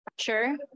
Sure